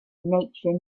nature